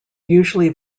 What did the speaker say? usually